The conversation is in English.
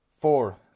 four